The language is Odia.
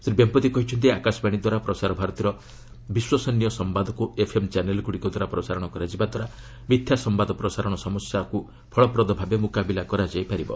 ଶ୍ରୀ ବେମ୍ପତି କହିଛନ୍ତି ଆକାଶବାଣୀଦ୍ୱାରା ପ୍ରସାର ଭାରତୀର ବିଶ୍ୱାସଯୋଗ୍ୟ ସମ୍ପାଦକୁ ଏଫ୍ଏମ୍ ଚ୍ୟାନେଲ୍ଗୁଡ଼ିକଦ୍ୱାରା ପ୍ରସାରଣ କରାଯିବାଦ୍ୱାରା ମିଥ୍ୟା ସମ୍ପାଦ ପ୍ରସାରଣ ସମସ୍ୟାକୁ ଫଳପ୍ରଦଭାବେ ମୁକାବିଲା କରାଯାଇପାରିବ